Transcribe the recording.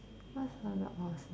what sounded awesome